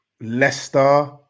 Leicester